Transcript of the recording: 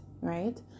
right